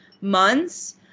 months